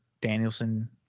Danielson